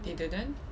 they didn't